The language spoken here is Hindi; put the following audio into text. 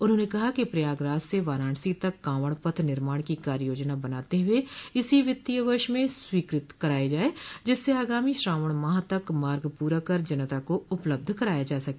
उन्होंने कहा कि प्रयागराज से वाराणसी तक कांवड़ पथ निर्माण की कार्ययोजना बनाते हुये इसी वित्तीय वर्ष में स्वीकृत करायी जाये जिससे आगामी श्रावण माह तक मार्ग पूरा कर जनता को उपलब्ध कराया जा सके